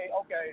okay